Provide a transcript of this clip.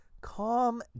Calm